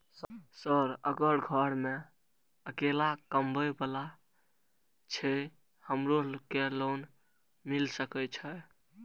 Sir अगर घर में अकेला कमबे वाला छे हमरो के लोन मिल सके छे?